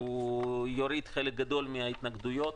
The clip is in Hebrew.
והוא יוריד חלק גדול מההתנגדויות.